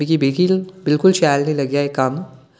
मिगी बिखल बिलकुल शैल नेईं लग्गेआ एह् कम्म